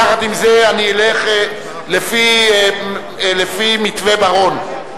יחד עם זה אני אלך לפי מתווה בר-און.